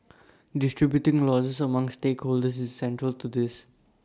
distributing losses among stakeholders is central to this